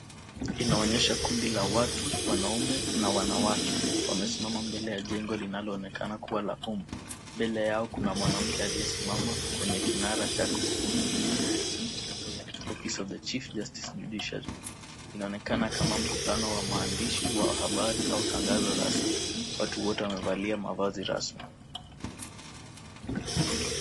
Inaonyesha kundi la watu, wanaume na wanawake. Wamesimama mbele ya jengo linaloonekana kua la umma. Mbele yao kuna mwanamke aliyesimama kwenye kinara cha kuhutubia chenye nembo ya Office of the Chief Justice Judiciary. Inaonekana kama mkutano wa maandishi wa habari au tangazo rasmi. Watu wote wamevalia mavazi rasmi.